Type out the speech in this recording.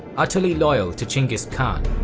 utterly loyal to chinggis khan,